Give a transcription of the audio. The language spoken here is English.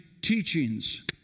teachings